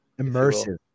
immersive